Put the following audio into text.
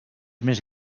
més